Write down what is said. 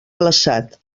glaçat